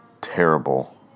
terrible